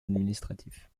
administratif